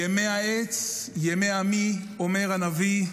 ימי העץ, ימי עמי, אומר הנביא,